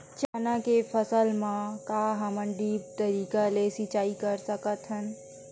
चना के फसल म का हमन ड्रिप तरीका ले सिचाई कर सकत हन?